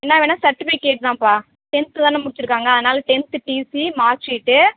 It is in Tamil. என்ன வேணும் சர்டிஃபிகேட் தான்ப்பா டென்த்து தானே முடித்திருக்காங்க அதனால் டென்த்து டீசி மார்க் ஷீட்டு